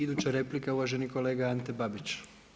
Iduća replika, uvaženi kolega Ante Babić.